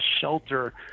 shelter